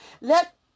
Let